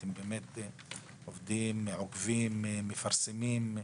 אתם עוקבים, מפרסמים.